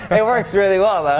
and it works really well though.